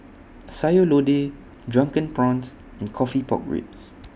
Sayur Lodeh Drunken Prawns and Coffee Pork Ribs